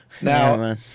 Now